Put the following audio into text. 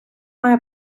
має